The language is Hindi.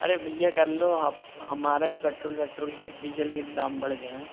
अरे भैया कर लो अब हमारा भी पेट्रोल वेट्रोल के डीजल के दाम बढ़ गए हैं